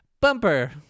Bumper